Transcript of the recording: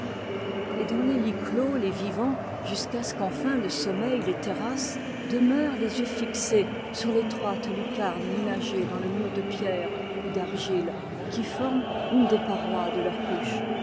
et dans les lits clos les vivants jusqu'à ce qu'enfin le sommeil les terrasse demeurent les yeux fixés sur l'étroite lucarne ménagée dans le mur de pierre ou d'argile qui forme une des parois de leur couche